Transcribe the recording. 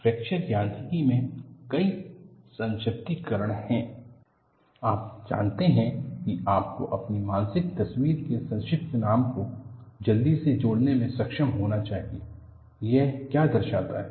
typical photoelastic fringes for mode I loading आप जानते हैं कि आपको अपनी मानसिक तस्वीर के संक्षिप्त नाम को जल्दी से जोड़ने की सक्षम होना चाहिए यह क्या दर्शाता है